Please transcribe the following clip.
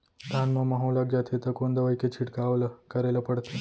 धान म माहो लग जाथे त कोन दवई के छिड़काव ल करे ल पड़थे?